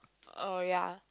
oh ya